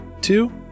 Two